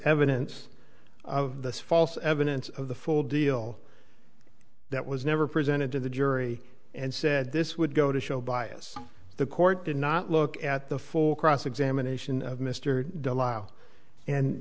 evidence of this false evidence of the full deal that was never presented to the jury and said this would go to show bias the court did not look at the full cross examination of mr